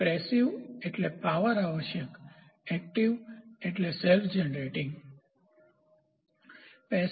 પેસીવનિષ્ક્રિય એટલે પાવર આવશ્યક એકટીવસક્રિય એટલે સેલ્ફજનરેટિંગસ્વ ઉત્પન્ન